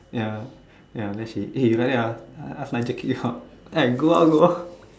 ya ya then she eh you like that ah ask them kick me out then I go out go out